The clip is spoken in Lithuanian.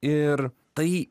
ir tai